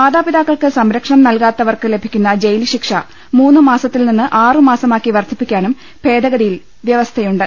മാതാപിതാക്കൾക്ക് സംരക്ഷണം നൽകാത്തവർക്ക് ലഭിക്കുന്ന ജയിൽശിക്ഷ മൂന്നുമാസത്തിൽനിന്ന് ആറു മാസമാക്കി വർദ്ധിപ്പിക്കാനും ഭേദഗതിയിൽ വ്യവസ്ഥ യുണ്ട്